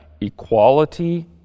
equality